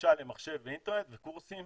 גישה למחשב ולאינטרנט וקורסים